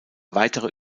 weitere